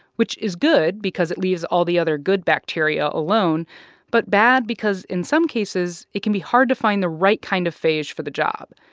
which is good because it leaves all the other good bacteria alone but bad because, in some cases, it can be hard to find the right kind of phage for the job.